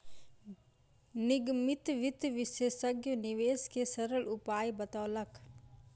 निगमित वित्त विशेषज्ञ निवेश के सरल उपाय बतौलक